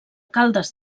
caldes